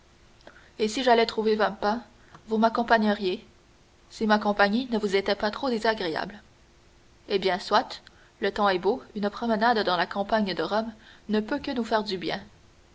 et si j'allais trouver vampa vous m'accompagneriez si ma compagnie ne vous était pas trop désagréable eh bien soit le temps est beau une promenade dans la campagne de rome ne peut que nous faire du bien